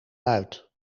luid